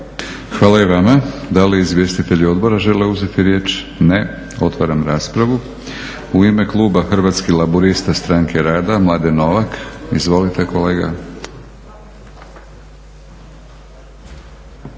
Hvala i vama. Da li izvjestitelji odbora žele uzeti riječ? Ne. Otvaram raspravu. U ime kluba Hrvatskih laburista-Stranke rada Mladen Novak. Izvolite kolega.